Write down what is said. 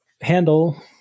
handle